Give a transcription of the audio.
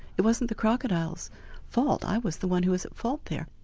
it wasn't the crocodile's fault, i was the one who was at fault there.